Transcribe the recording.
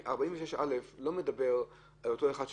סעיף 46(א) לא מדבר על אותו אחד שקנה.